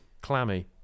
clammy